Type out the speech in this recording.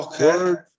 Okay